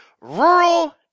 rural